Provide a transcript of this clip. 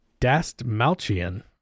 Dastmalchian